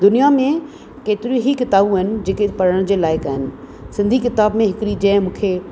दुनिया में केतिरियूं ई किताबूं आहिनि जेके पढ़ण जे लाइक़ आहिनि सिंधी किताब में हिकिड़ी जंहिं मूंखे